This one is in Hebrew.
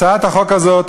הצעת החוק הזאת אומרת,